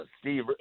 Steve